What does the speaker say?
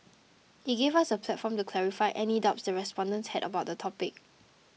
it gave us a platform to clarify any doubts the respondents had about the topic